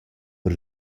per